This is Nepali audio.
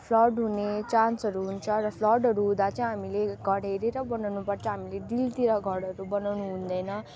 फ्लड हुने चान्सहरू हुन्छ र फ्लडहरू हुँदा चाहिँ हामीले घर हेरर बनाउनु पर्छ हामीले डिलतिर घरहरू बनाउनु हुँदैन